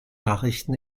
nachrichten